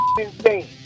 insane